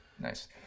Nice